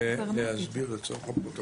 יישמרו באמות המידה הנכונות,